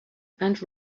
and